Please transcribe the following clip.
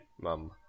Mum